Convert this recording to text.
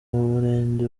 murenge